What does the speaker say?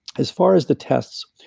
as far as the tests.